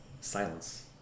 silence